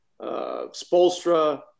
spolstra